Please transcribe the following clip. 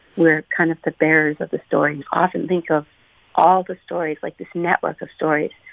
we're kind of the bearers of the story. you often think of all the stories, like, this network of stories.